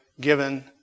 given